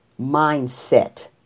mindset